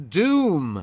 doom